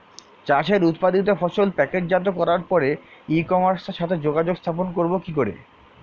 চাষের উৎপাদিত ফসল প্যাকেটজাত করার পরে ই কমার্সের সাথে যোগাযোগ স্থাপন করব কি করে?